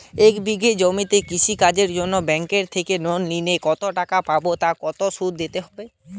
এক বিঘে জমিতে কৃষি কাজের জন্য ব্যাঙ্কের থেকে লোন নিলে কত টাকা পাবো ও কত শুধু দিতে হবে?